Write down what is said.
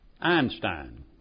Einstein